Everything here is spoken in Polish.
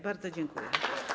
Bardzo dziękuję.